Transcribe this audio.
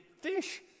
fish